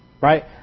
Right